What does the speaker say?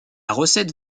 recette